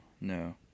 no